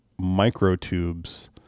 MicroTubes